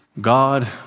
God